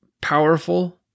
powerful